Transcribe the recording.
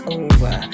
over